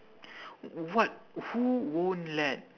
what who won't let